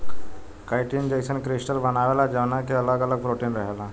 chitin जईसन crystal बनावेला जवना के अगल अगल प्रोटीन रहेला